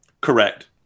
Correct